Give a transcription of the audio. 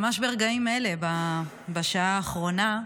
ממש ברגעים אלה, בשעה האחרונה,